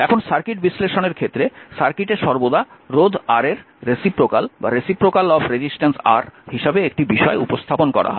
এখন সার্কিট বিশ্লেষণের ক্ষেত্রে সার্কিটে সর্বদা রোধ R এর রেসিপ্রোকাল হিসাবে একটি বিষয় উপস্থাপন করা হয়